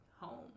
home